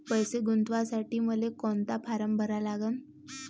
पैसे गुंतवासाठी मले कोंता फारम भरा लागन?